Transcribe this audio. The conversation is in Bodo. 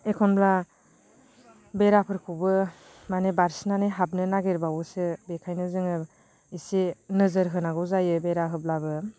एखनब्ला बेराफोरखौबो माने बारसिननानै हाबनो नागिरबावोसो बेखायनो जोङो इसे नोजोर होनांगौ जायो बेरा होब्लाबो